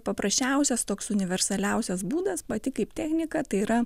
paprasčiausias toks universaliausias būdas pati kaip technika tai yra